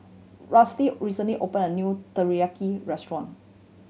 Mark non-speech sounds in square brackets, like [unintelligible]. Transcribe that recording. [unintelligible] recently opened a new Teriyaki Restaurant